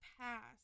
past